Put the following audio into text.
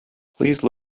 please